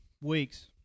weeks